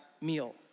meal